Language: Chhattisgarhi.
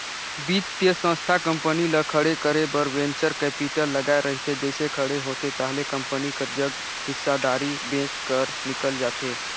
बित्तीय संस्था कंपनी ल खड़े करे बर वेंचर कैपिटल लगाए रहिथे जइसे खड़े होथे ताहले कंपनी कर जग हिस्सादारी बेंच कर निकल जाथे